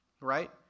right